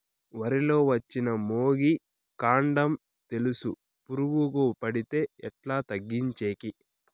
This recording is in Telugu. వరి లో వచ్చిన మొగి, కాండం తెలుసు పురుగుకు పడితే ఎట్లా తగ్గించేకి?